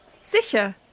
Sicher